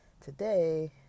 today